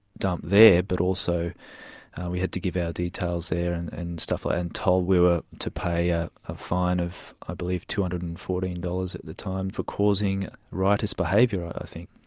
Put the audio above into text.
dumped there, but also we had to give our details there and and we were and told we were to pay a fine of i believe two hundred and fourteen dollars at the time for causing riotous behaviour i think.